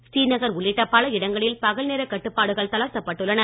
ஸ்ரீநகர் உள்ளிட்ட பல இடங்களில் பகல் நேர கட்டுப்பாடுகள் தளர்த்தப்பட்டுள்ளன